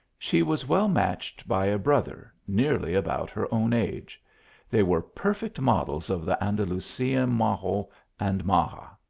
she was well matched by a brother, nearly about her own age they were perfect models of the an dalusian majo and maja.